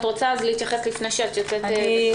קטי שטרית, אם את רוצה להתייחס לפני שאת יוצאת.